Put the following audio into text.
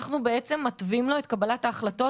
אנחנו בעצם מתווים לו את קבלת ההחלטות,